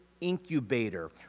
incubator